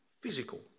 physical